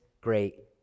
great